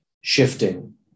shifting